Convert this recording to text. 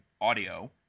audio